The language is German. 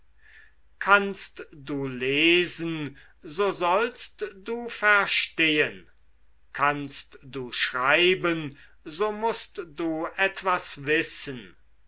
kannst du lesen so sollst du verstehen kannst du schreiben so mußt du etwas wissen